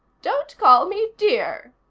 don't call me dear,